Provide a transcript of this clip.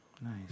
Nice